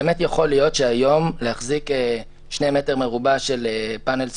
באמת יכול להיות שהיום להחזיק שני מטר מרובע של פאנל סולארי,